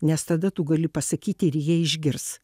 nes tada tu gali pasakyti ir jie išgirs